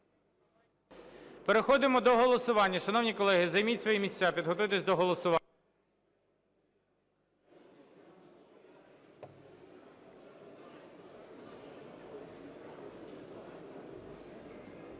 Переходимо до голосування. Будь ласка, займіть свої місця, підготуйтеся до голосування.